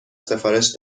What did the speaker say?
سفارش